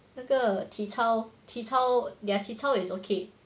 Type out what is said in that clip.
那个体操体操 their 体操 is okay